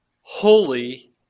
holy